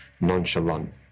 nonchalant